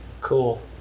Cool